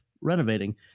renovating